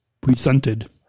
presented